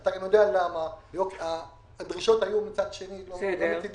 ואתה יודע למה, הדרישות היו להוריד.